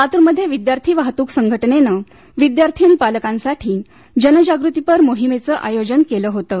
लातुरमध्ये विद्यार्थी वाहतुक संघटनेनं विद्यार्थी आणि पालकांसाठी जनजागृतीपर मोहिमेचं आयोजन केलं होतं